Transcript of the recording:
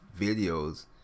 videos